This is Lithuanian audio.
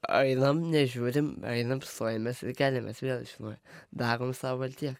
einam nežiūrim einam stojamės ir keliamės vėl iš naujo darom savo ir tiek